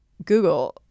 Google